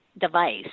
device